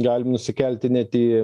galim nusikelti nt į